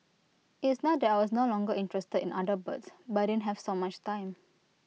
it's not that I was no longer interested in other birds but I didn't have so much time